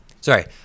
Sorry